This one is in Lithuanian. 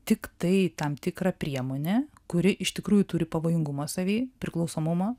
tiktai tam tikra priemonė kuri iš tikrųjų turi pavojingumo savy priklausomumą